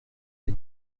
die